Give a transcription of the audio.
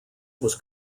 was